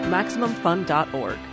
MaximumFun.org